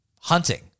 hunting